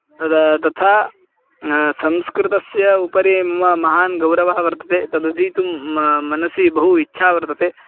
तद् तथा संस्कृतस्य उपरि मम महान् गौरवः वर्तते तद् अधीतुं मा मनसि बहु इच्छा वर्तते